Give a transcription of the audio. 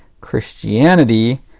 Christianity